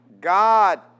God